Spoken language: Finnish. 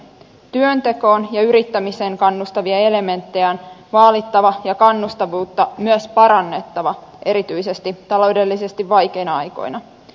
työntekoon ja yrittämiseen kannustavia elementtejä on vaalittava ja kannustavuutta myös parannettava erityisesti taloudellisesti vaikeina aikoina